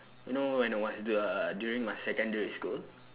you know when was the during my secondary school